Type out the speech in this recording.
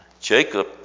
Jacob